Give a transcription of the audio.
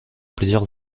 plusieurs